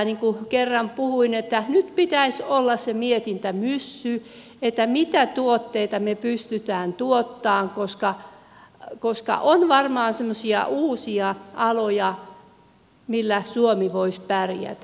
niin kuin kerran puhuin nyt pitäisi olla se mietintämyssy että mitä tuotteita me pystymme tuottamaan koska on varmaan semmoisia uusia aloja millä suomi voisi pärjätä